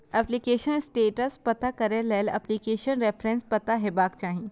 application status पता करै लेल एप्लीकेशन रेफरेंस पता हेबाक चाही